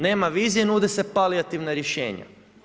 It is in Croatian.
Nema vizije i nude se palijativna rješenja.